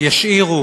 ישאירו